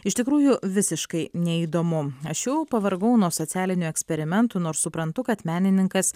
iš tikrųjų visiškai neįdomu aš jau pavargau nuo socialinių eksperimentų nors suprantu kad menininkas